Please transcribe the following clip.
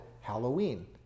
halloween